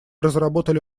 разработали